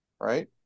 right